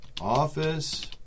office